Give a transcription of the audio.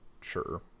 sure